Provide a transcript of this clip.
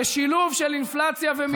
ושילוב של אינפלציה ומיתון זה שילוב קטלני.